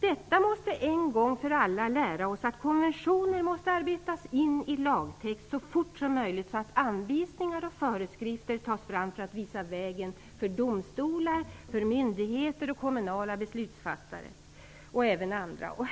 Detta måste en gång för alla lära oss att konventioner måste arbetas in i lagtext så fort som möjligt, så att anvisningar och föreskrifter kan tas fram för att visa vägen för domstolar, myndigheter och kommunala beslutsfattare och även andra.